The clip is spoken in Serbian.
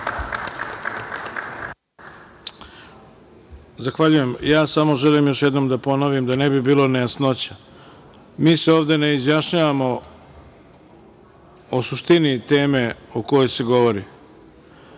Zahvaljujem. Samo želim još jednom da ponovim, da ne bi bilo nejasnoća, mi se ovde ne izjašnjavamo o suštini teme o kojoj se govori,